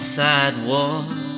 sidewalk